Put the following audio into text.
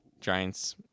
Giants